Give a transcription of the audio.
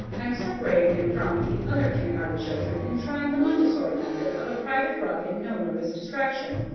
i am separating him from the other kindergarten children, and trying the montessori method of a private rug and no nervous distraction.